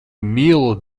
mīlu